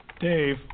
Dave